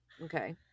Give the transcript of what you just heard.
Okay